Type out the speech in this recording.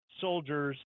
soldiers